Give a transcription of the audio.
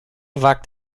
wagt